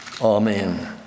Amen